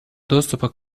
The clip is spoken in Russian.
доступа